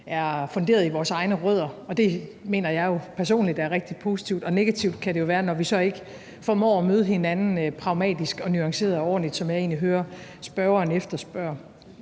er funderet i vores egne rødder, og det mener jeg personligt er rigtig positivt, og det kan være negativt, når vi ikke formår at møde hinanden pragmatisk, nuanceret og ordentligt, hvilket jeg egentlig hører spørgeren efterspørge.